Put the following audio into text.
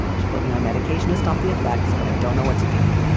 she put me on medication to stop the effects, but i don't know what to do.